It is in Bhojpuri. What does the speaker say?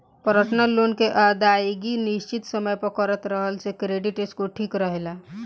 पर्सनल लोन के अदायगी निसचित समय पर करत रहला से क्रेडिट स्कोर ठिक रहेला